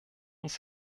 uns